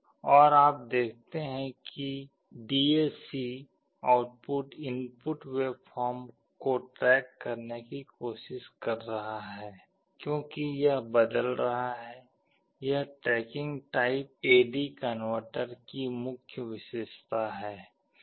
और आप देखते हैं कि डीएसी आउटपुट इनपुट वेवफॉर्म को ट्रैक करने की कोशिश कर रहा है क्योंकि यह बदल रहा है यह tracking type A D converter की मुख्य विशेषता है